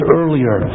earlier